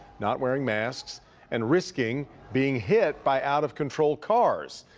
not wearing masks and risk being being hit by out-of-control cars.